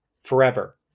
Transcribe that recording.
forever